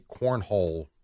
cornhole